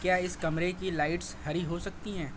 کیا اس کمرے کی لائیٹس ہری ہو سکتی ہیں